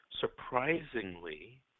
surprisingly